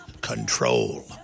control